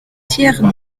thiernu